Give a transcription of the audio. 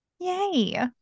Yay